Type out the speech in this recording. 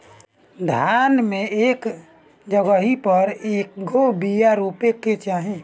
धान मे एक जगही पर कएगो बिया रोपे के चाही?